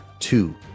two